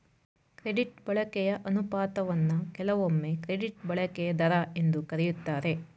credit ಬಳಕೆಯ ಅನುಪಾತವನ್ನ ಕೆಲವೊಮ್ಮೆ ಕ್ರೆಡಿಟ್ ಬಳಕೆಯ ದರ ಎಂದು ಕರೆಯುತ್ತಾರೆ